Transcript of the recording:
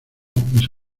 mis